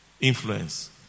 Influence